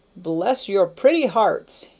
bless your pretty hearts!